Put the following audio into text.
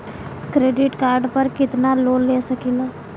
Credit card पर कितनालोन ले सकीला?